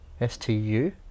S-T-U